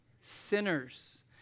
sinners